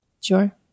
Sure